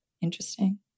Interesting